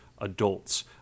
adults